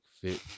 fit